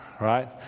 right